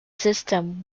system